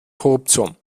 korruption